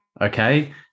okay